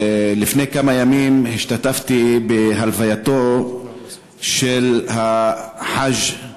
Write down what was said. לפני כמה ימים השתתפתי בהלווייתו של החאג'